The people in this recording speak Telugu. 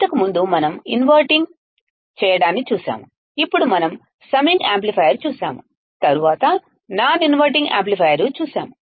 ఇంతకుముందు మనం ఇన్వర్టింగ్ చేయడాన్ని చూశాము అప్పుడు మనం సమ్మింగ్ యాంప్లిఫైయర్ చూశాము తరువాత నాన్ ఇన్వర్టింగ్ యాంప్లిఫైయర్ చూశాము